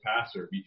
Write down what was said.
passer